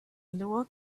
lower